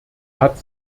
hat